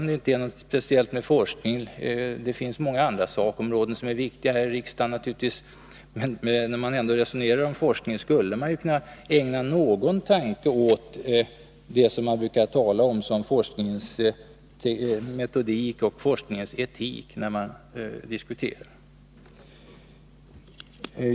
Det finns naturligtvis många andra sakområden än forskningen som är viktiga här i riksdagen, men när man nu ändå resonerar om forskningen, borde man kunna ägna någon tanke åt det vi brukar tala om som forskningens metodik och forskningens etik.